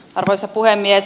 arvoisa puhemies